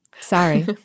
Sorry